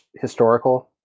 historical